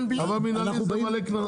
אבל מנהלי זה מלא קנס,